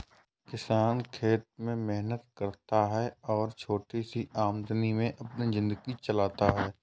किसान खेत में मेहनत करता है और छोटी सी आमदनी में अपनी जिंदगी चलाता है